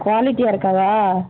குவாலிட்டியாக இருக்காதா